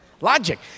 Logic